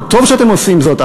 וטוב שאתם עושים זאת,